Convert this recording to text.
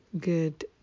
good